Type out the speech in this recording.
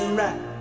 right